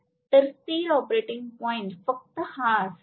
तर स्थिर operating point फक्त हा असेल